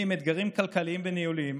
מתמודדים עם אתגרים כלכליים וניהוליים